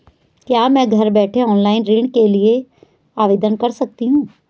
क्या मैं घर बैठे ऑनलाइन ऋण के लिए आवेदन कर सकती हूँ?